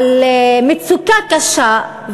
על מצוקה קשה.